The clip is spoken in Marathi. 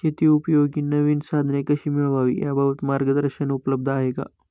शेतीउपयोगी नवीन साधने कशी मिळवावी याबाबत मार्गदर्शन उपलब्ध आहे का?